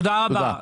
תודה רבה.